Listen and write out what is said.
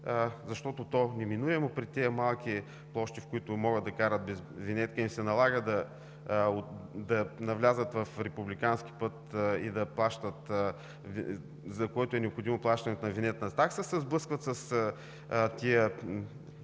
защото неминуемо при тези малки площи, в които могат да карат без винетки, а им се налага да навлязат в републикански път и да плащат, за което е необходимо плащането на винетна такса, се сблъскват с тези